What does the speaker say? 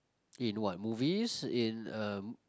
in what movies in uh